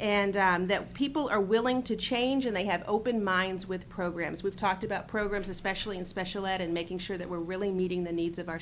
and that people are willing to change and they have open minds with programs we've talked about programs especially in special ed and making sure that we're really meeting the needs of our